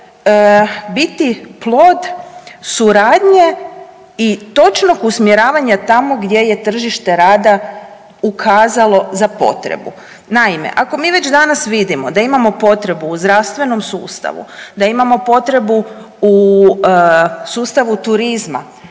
biti plod suradnje i točnog usmjeravanja tamo gdje je tržište rada ukazalo za potrebu? Naime, ako mi već danas vidimo da imamo potrebu u zdravstvenom sustavu, da imamo potrebu u sustavu turizma,